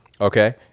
okay